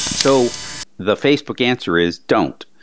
so the facebook answer is don't.